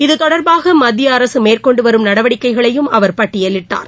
இதுதொடர்பாக மத்திய அரசு மேற்கொண்டு வரும் நடவடிக்கைகளையும் அவர் பட்டியலிட்டார்